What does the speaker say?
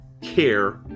care